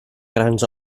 grans